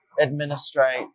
administrate